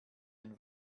ein